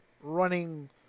running